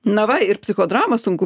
na va ir psichodramą sunku